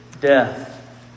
death